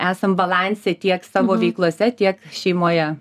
esam balanse tiek savo veiklose tiek šeimoje